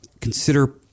consider